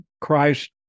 Christ